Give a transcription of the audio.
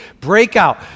breakout